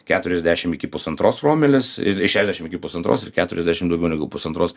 keturiasdešim iki pusantros promilės ir šešiasdešim iki pusantros ir keturiasdešim daugiau negu pusantros